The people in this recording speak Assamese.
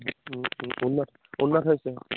উন্নত উন্নত হৈছে